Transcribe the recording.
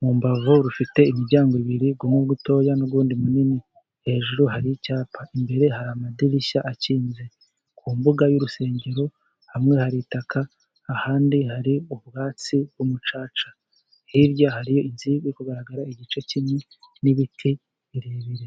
mu mbavu rufite imiryango ibiri umwe mutoya n'undi munini hejuru hari icyapa imbere hari amadirishya akinze, ku mbuga y'urusengero hamwe hari ibitaka, ahandi hari ubwatsi bw'umucaca hirya hari inzu iri kugaragara igice kimwe n'ibiti birebire.